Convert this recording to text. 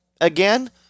again